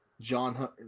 John